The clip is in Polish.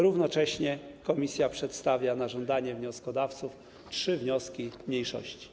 Równocześnie komisja przedstawia na żądanie wnioskodawców trzy wnioski mniejszości.